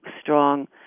strong